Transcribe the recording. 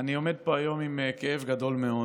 אני עומד פה היום עם כאב גדול מאוד,